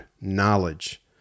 knowledge